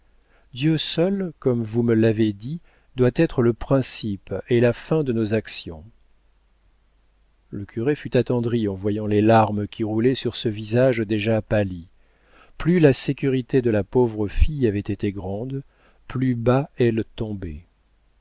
dieu seul comme vous me l'avez dit doit être le principe et la fin de nos actions le curé fut attendri en voyant les larmes qui roulaient sur ce visage déjà pâli plus la sécurité de la pauvre fille avait été grande plus bas elle tombait